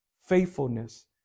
faithfulness